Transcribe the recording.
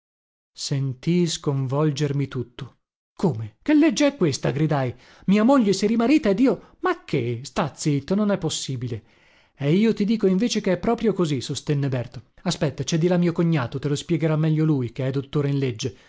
sentii sconvolgermi tutto come che legge è questa gridai mia moglie si rimarita ed io ma che sta zitto non è possibile e io ti dico invece che è proprio così sostenne berto aspetta cè di là mio cognato te lo spiegherà meglio lui che è dottore in legge